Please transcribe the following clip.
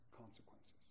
consequences